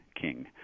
king